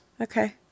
Okay